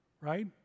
right